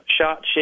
shot